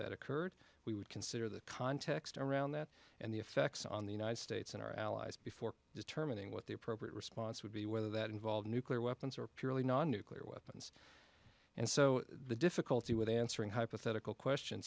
that occurred we would consider the context around that and the effects on the united states and our allies before determining what the appropriate response would be whether that involved nuclear weapons or purely non nuclear weapons and so the difficulty with answering hypothetical question